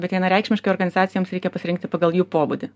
bet vienareikšmiškai organizacijoms reikia pasirinkti pagal jų pobūdį